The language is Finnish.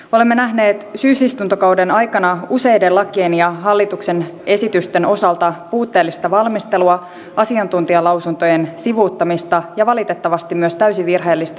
sodan ja rauhan välille on syntynyt harmaa alue jota kuvaavat pienet vihreät miehet hybridisota ja disinformaatio